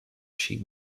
sheet